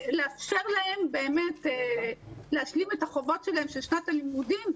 לאפשר להם להשלים את החובות שלהם של שנת הלימודים,